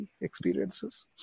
experiences